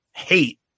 hate